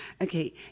Okay